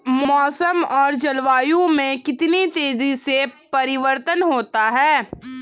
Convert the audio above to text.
मौसम और जलवायु में कितनी तेजी से परिवर्तन होता है?